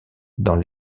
dans